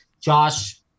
Josh